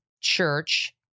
Church